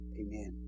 amen